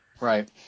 Right